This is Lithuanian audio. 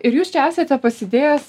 ir jūs čia esate pasidėjęs